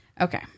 Okay